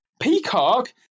Peacock